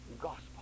gospel